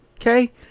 Okay